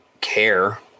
care